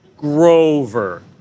Grover